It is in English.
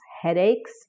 headaches